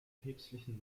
päpstlichen